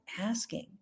asking